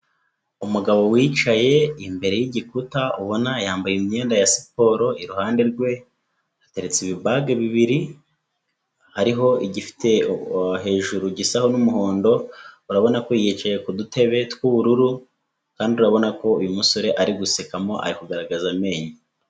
Umugabo wicaye imbere y'igikuta ubona yambaye imyenda ya siporo iruhande rwe hateretse ibi bag bibiri, hariho igifite hejuru gisa nk'umuhondo, urabona ko yicaye ku dutebe tw'ubururu kandi urabona ko uyu musore ari gusekamo ari kugaragaza amenyo.